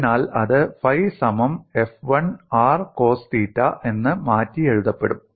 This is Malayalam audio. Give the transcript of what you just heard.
അതിനാൽ അത് ഫൈ സമം f 1 r കോസ് തീറ്റ എന്ന് മാറ്റിയെഴുതപ്പെടും